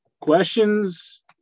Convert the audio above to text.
Questions